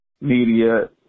media